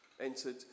entered